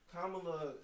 Kamala